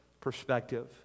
perspective